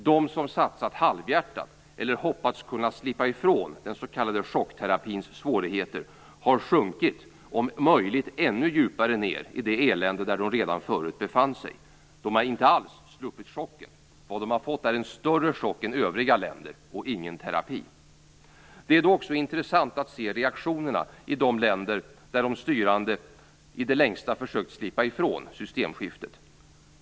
De som satsat halvhjärtat eller hoppats kunna slippa ifrån den s.k. chockterapins svårigheter har sjunkit om möjligt ännu djupare ned i det elände där de redan förut befann sig. De har inte alls sluppit chocken. Vad de har fått är en större chock än övriga länder och ingen terapi. Det är också intressant att se reaktionerna i de länder där de styrande i det längsta har försökt slippa ifrån systemskiftet.